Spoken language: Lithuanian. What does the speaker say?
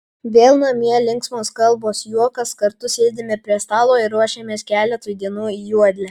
vėl namie linksmos kalbos juokas kartu sėdime prie stalo ir ruošiamės keletui dienų į juodlę